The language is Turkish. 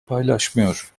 paylaşmıyor